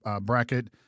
bracket